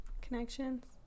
connections